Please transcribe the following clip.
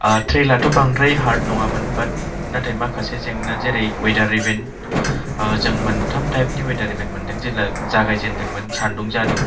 ओ ट्रे लाथ' बांद्राय हारद नङामोन बाट माखासे जेंना जेरै उवेदार इबेन्ट ओ जों मोनथाम टाइप नि उवेदार इबेन्ट मोनदों जेला जागायजेनदोंमोन सानदुं जादों